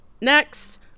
Next